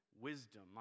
wisdom